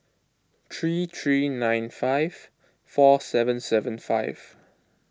three three nine five four seven seven five